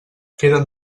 queden